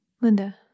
Linda